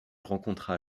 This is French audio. rencontra